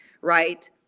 right